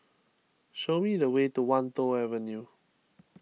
show me the way to Wan Tho Avenue